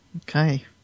Okay